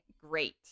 great